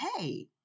hey